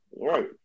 Right